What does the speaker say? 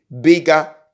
bigger